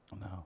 No